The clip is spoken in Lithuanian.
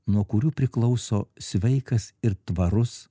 nuo kurių priklauso sveikas ir tvarus